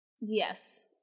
Yes